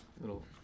little